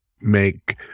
make